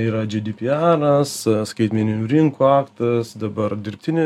yra džidipijanas skaitmeninių rinkų aktas dabar dirbtinio